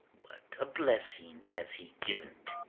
what a blessing has he given't!